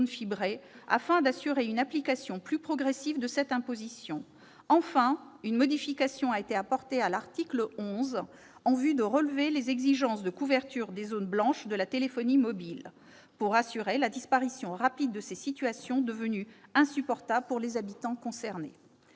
afin d'assurer une application plus progressive de cette imposition. Enfin, une modification a été apportée à l'article 11, en vue de relever les exigences de couverture des zones blanches de la téléphonie mobile, pour assurer la disparition rapide de ces situations, devenues insupportables pour les habitants concernés.